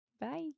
Bye